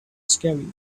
scary